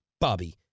Bobby